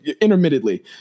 intermittently